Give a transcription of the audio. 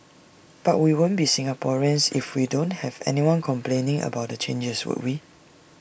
but we won't be Singaporeans if we don't have anyone complaining about the changes would we